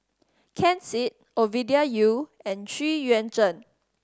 Ken Seet Ovidia Yu and Xu Yuan Zhen